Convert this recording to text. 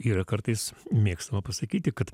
yra kartais mėgstama pasakyti kad